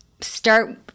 start